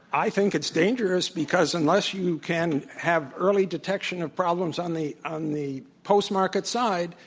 i think it's dangerous because unless you can have early detection of problems on the on the post-market side,